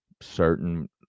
certain